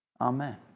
Amen